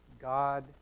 God